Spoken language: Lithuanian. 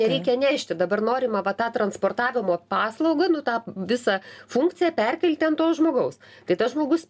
nereikia nešti dabar norima va tą transportavimo paslaugą nu tą visą funkciją perkelti ant to žmogaus tai tas žmogus